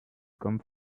come